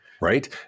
right